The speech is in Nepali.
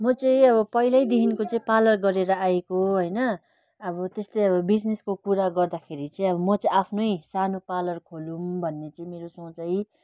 म चाहिँ अब पहिलै देखिको चाहिँ पार्लर गरेर आएको होइन अब त्यस्तै अब बिजिनेसको कुरा गर्दाखेरि चाहिँ अब म चाहिँ आफ्नै सानो पार्लर खोलौँ भन्ने चाहिँ मेरो सोच है